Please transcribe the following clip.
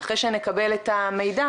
אחרי שנקבל את המידע,